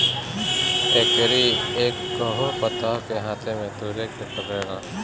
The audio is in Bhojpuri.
एकरी एकहगो पतइ के हाथे से तुरे के पड़ेला